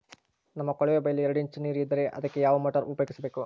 ನಮ್ಮ ಕೊಳವೆಬಾವಿಯಲ್ಲಿ ಎರಡು ಇಂಚು ನೇರು ಇದ್ದರೆ ಅದಕ್ಕೆ ಯಾವ ಮೋಟಾರ್ ಉಪಯೋಗಿಸಬೇಕು?